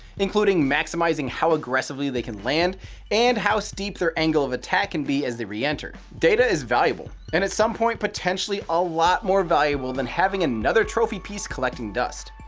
including maximizing how aggressively they can land and how steep their angle of attack can be as they reenter. data is valuable, and at some point, potentially a lot more valuable than having another trophy piece collecting dust.